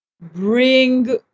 bring